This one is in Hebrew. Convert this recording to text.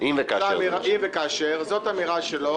-- איפה הנושא החדש?